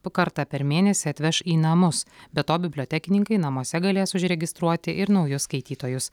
po kartą per mėnesį atveš į namus be to bibliotekininkai namuose galės užregistruoti ir naujus skaitytojus